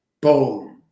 Boom